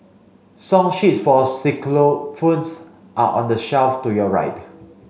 song sheets for xylophones are on the shelf to your right